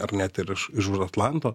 ar net ir iš iš už atlanto